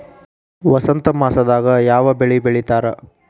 ವಸಂತ ಮಾಸದಾಗ್ ಯಾವ ಬೆಳಿ ಬೆಳಿತಾರ?